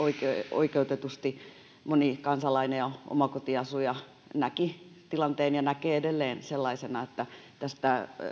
oikeutetusti moni kansalainen ja omakotiasuja näki ja näkee edelleen tilanteen sellaisena että